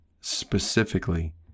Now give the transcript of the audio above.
specifically